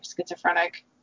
schizophrenic